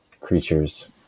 creatures